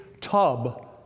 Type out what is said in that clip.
tub